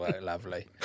lovely